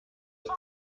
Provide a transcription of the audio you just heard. ist